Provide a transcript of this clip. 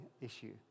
issue